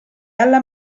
alla